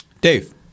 Dave